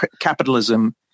capitalism